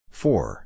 four